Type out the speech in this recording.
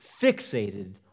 fixated